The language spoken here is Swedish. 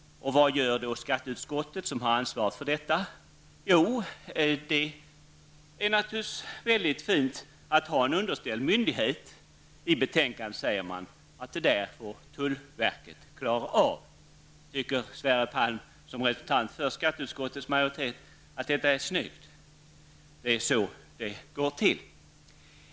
Vad gör då skatteutskottet, som har ansvaret för detta? Jo, det är naturligtvis mycket fint att ha en underställd myndighet, och i betänkandet säger man att det här är något som tullverket får klara av. Tycker Sverre Palm som representant för skatteutskottets majoritet att detta är snyggt?